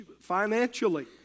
financially